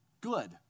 good